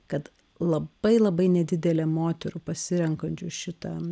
kad labai labai nedidelė moterų pasirenkančių šitą